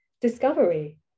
discovery